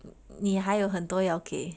你还有很多要给